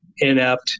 inept